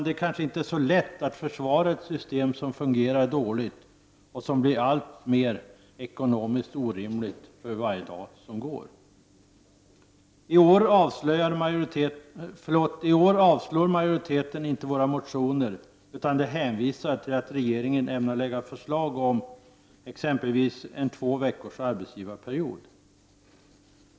Det kanske inte är så lätt att försvara ett system som fungerar dåligt och som blir ekonomiskt alltmer orimligt för varje dag som går. I år avstyrker utskottsmajoriteten inte våra motioner utan hänvisar till att regeringen ämnar framlägga förslag om en tvåveckors arbetsgivarperiod.